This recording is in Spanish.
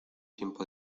tiempo